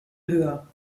höher